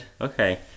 okay